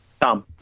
Tom